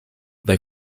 they